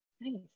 Nice